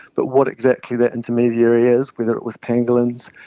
but what exactly that intermediary is, whether it was pangolins,